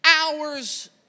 hours